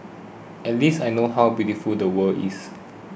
at least I know how beautiful the world is